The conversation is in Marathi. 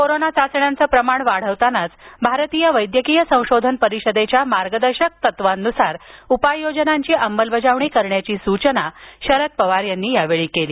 कोरोना चाचण्यांचं प्रमाण वाढवतानाच भारतीय वैद्यकीय संशोधन परिषदेच्या मार्गदर्शक तत्वान्सार उपाय योजनांची अंमलबजावणी करण्याची सूचना शरद पवार यांनी यावेळी केली